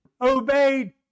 obeyed